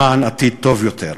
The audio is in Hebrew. למען עתיד טוב יותר.